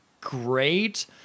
great